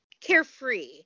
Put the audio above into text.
carefree